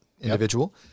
individual